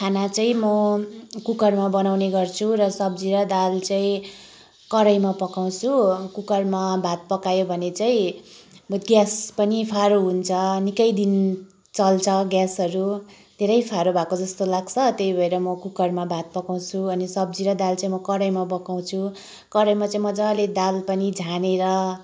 खाना चाहिँ म कुकरमा बनाउँने गर्छु र सब्जी र दाल चाहिँ कराहीमा पकाउँछु कुकरमा भात पकायो भने चाहिँ ग्यास पनि फारो हुन्छ निक्कै दिन चल्छ ग्यासहरू धेरै फारो भएको जस्तो लाग्छ त्यही भएर म कुकरमा भात पकाउँछु अनि सब्जी र दाल चाहिँ कराहीमा पकाउँछु कराहीमा चाहिँ मजाले दाल पनि झानेर